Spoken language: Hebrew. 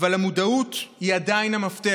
אבל המודעות היא עדיין המפתח.